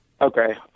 Okay